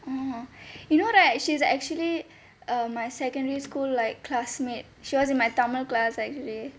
orh you know that she's actually err my secondary school like classmate she was in my tamil class actually